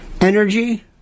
Energy